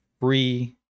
free